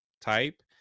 type